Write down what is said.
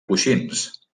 coixins